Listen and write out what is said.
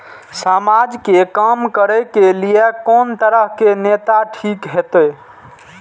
समाज के काम करें के ली ये कोन तरह के नेता ठीक होते?